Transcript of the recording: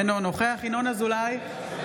אינו נוכח ינון אזולאי,